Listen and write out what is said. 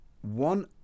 One